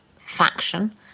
faction